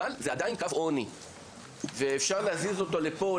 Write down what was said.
אבל זה עדיין קו עוני ואפשר להזיז אותו לפה,